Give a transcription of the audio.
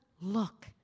look